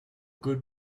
good